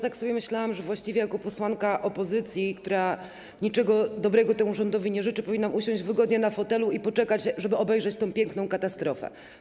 Tak sobie myślałam, że właściwie jako posłanka opozycji, która niczego dobrego temu rządowi nie życzy, powinnam usiąść wygodnie w fotelu i poczekać, żeby obejrzeć tę piękną katastrofę.